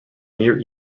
near